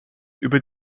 über